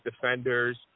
defenders